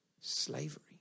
Slavery